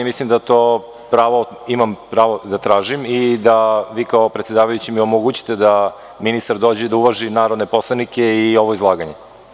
Mislim da imam pravo to da tražim i da mi vi kao predsedavajući omogućite da ministar dođe i uvaži narodne poslanike i ovo izlaganje.